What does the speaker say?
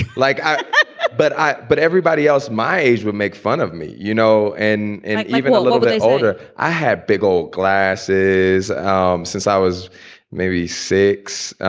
like, i but i but everybody else my age would make fun of me you know, and and like even a little bit older, i have big old glasses since i was maybe six.